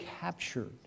captured